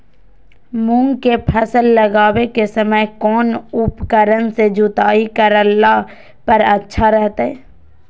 मूंग के फसल लगावे के समय कौन उपकरण से जुताई करला पर अच्छा रहतय?